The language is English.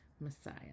Messiah